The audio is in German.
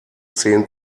zehn